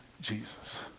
Jesus